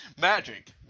Magic